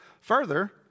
Further